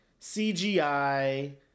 CGI